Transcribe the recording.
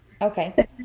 Okay